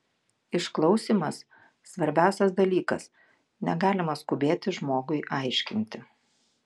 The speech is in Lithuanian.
išklausymas svarbiausias dalykas negalima skubėti žmogui aiškinti